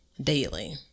daily